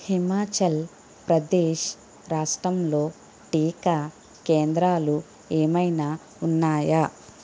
హిమాచాల్ ప్రదేశ్ రాష్ట్రంలొ టీకా కేంద్రాలు ఏమైనా ఉన్నాయా